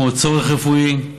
כמו צורך רפואי,